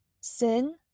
Sin